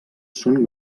són